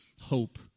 hope